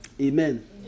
Amen